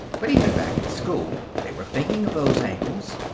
but even back in school, they were thinking of those angles.